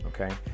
okay